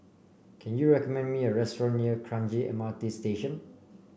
can you recommend me a restaurant near Kranji M R T Station